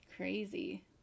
crazy